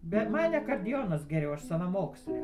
bet man akordeonas geriau aš savamokslė